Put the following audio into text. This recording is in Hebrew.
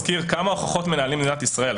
להזכיר כמה הוכחות מנהלים במדינת ישראל,